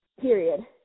period